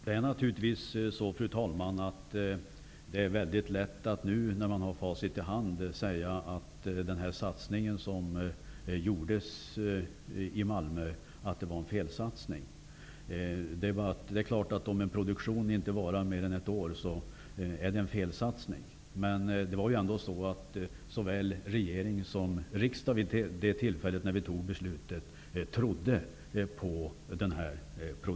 Fru talman! Det är naturligtvis mycket lätt att nu, när man har facit i hand, säga att den satsning som gjordes i Malmö var en felsatsning. Det är klart att om en produktion inte varar mer än ett år så är det en felsatsning. Men såväl regering som riksdag trodde på denna produktion när vi fattade beslut om den.